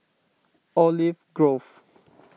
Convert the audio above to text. Olive Grove